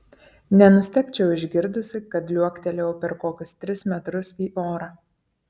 nenustebčiau išgirdusi kad liuoktelėjau per kokius tris metrus į orą